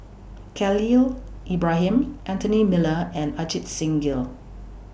Khalil Ibrahim Anthony Miller and Ajit Singh Gill